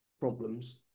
problems